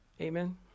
Amen